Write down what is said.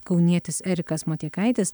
kaunietis erikas motiekaitis